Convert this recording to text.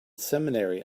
seminary